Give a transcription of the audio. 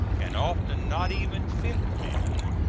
and often not even fit men,